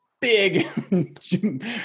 big